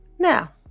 Now